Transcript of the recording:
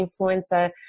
influencer